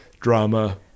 Drama